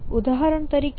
ઉદાહરણ તરીકે PutDown